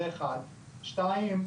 שנית,